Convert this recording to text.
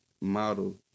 model